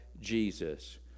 Jesus